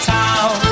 town